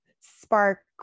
spark